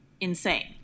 insane